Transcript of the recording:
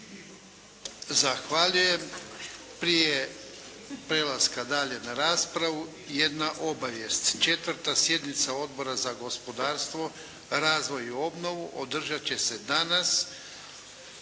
Zahvaljujem. Prije prelaska dalje na raspravu jedna obavijest. 4. sjednica Odbora za gospodarstvo, razvoj i obnovu održat će se danas